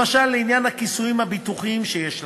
למשל לעניין הכיסויים הביטוחיים שיש לחוסך.